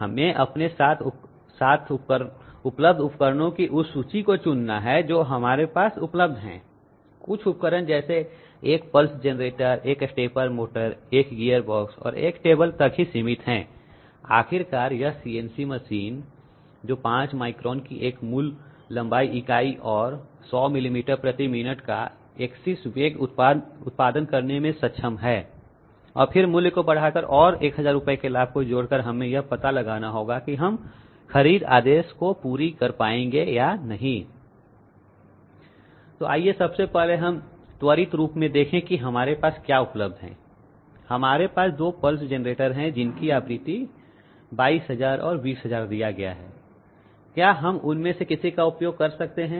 हमें अपने साथ उपलब्ध उपकरणों की उस सूची को चुनना है जो हमारे पास उपलब्ध हैं कुछ उपकरण जैसे 1 pulse generator 1 stepper motor 1 gear box और 1 टेबल तक ही सीमित है आखिरकार यह सीएनसी मशीन जो 5 माइक्रोन की एक मूल लंबाई इकाई और 100 मिलीमीटर प्रति मिनट का एक्सिस वेग उत्पादन करने में सक्षम है और फिर मूल्य को बढ़ाकर और 1000 रुपए के लाभ को जोड़कर हमें यह पता लगाना होगा कि हम खरीद आदेश को पूरी कर पाएंगे या नहीं तो आइए सबसे पहले हम त्वरित रूप में देखें कि हमारे पास क्या उपलब्ध है हमारे पास दो पल्स जेनरेटर है जिनकी आवृत्ति 22000 और 20000 दिया गया है क्या हम उनमें से किसी का उपयोग कर सकते हैं